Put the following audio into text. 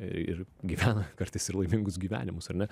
ir gyvena kartais ir laimingus gyvenimus ar ne